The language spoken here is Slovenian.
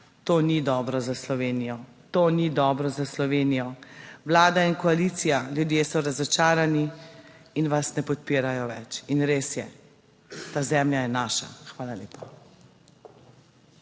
To ni dobro za Slovenijo. To ni dobro za Slovenijo, Vlada in koalicija, ljudje so razočarani in vas ne podpirajo več. In res je, ta zemlja je naša. Hvala lepa.